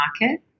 market